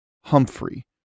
Humphrey